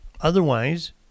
Otherwise